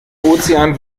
ozean